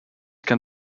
can